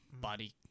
body